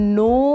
no